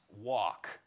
walk